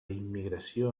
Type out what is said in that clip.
immigració